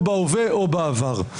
או בהווה או בעבר,